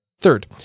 Third